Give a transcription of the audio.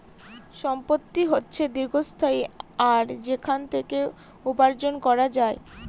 সম্পত্তি হচ্ছে দীর্ঘস্থায়ী আর সেখান থেকে উপার্জন করা যায়